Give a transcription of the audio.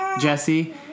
Jesse